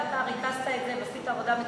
ואתה ריכזת את זה ועשית עבודה מצוינת.